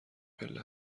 پله